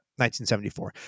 1974